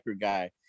guy